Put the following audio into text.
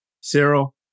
Cyril